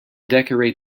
decorate